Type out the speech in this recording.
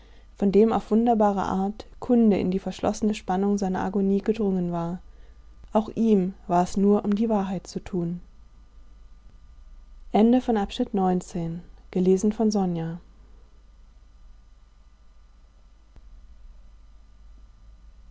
von dem auf wunderbare art kunde in die verschlossene spannung seiner agonie gedrungen war auch ihm war es nur um die wahrheit zu tun